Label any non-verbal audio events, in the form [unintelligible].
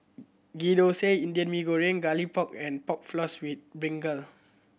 Ghee Thosai Indian Mee Goreng Garlic Pork and Pork Floss with [unintelligible]